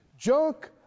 Junk